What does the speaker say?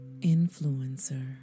influencer